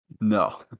No